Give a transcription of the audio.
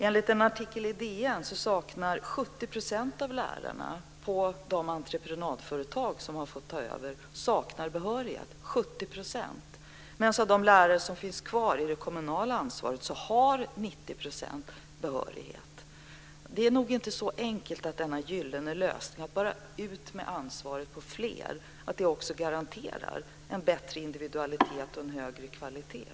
Enligt en artikel i DN saknar 70 % av lärarna på de entreprenadföretag som har fått ta över behörighet. 90 % av de lärare som finns kvar i kommunen har behörighet. Det är nog inte så enkelt att man bara kan fördela ansvaret på fler för att garantera en bättre individualitet och en högre kvalitet.